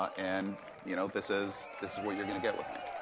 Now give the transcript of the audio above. and you know this is this is what you're going to get with me.